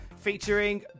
featuring